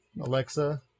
Alexa